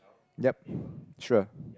yup sure